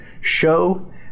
Show